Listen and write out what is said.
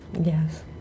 Yes